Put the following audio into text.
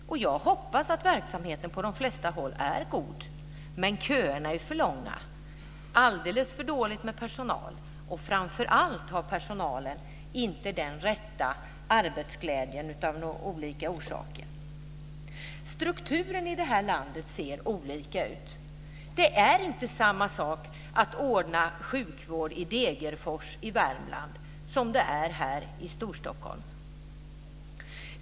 Jag hoppas att verksamheten på de flesta håll är god. Men köerna är för långa, det är alldeles för dåligt med personal och framför allt har personalen av olika orsaker inte den rätta arbetsglädjen. Strukturen i detta land ser olika ut. Det är inte samma sak att ordna sjukvård i Degerfors i Värmland som det är här i Storstockholm.